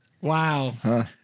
Wow